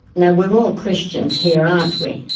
now, we're all christians here, aren't we.